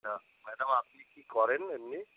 তা ম্যাডাম আপনি কি করেন এমনি